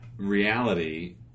Reality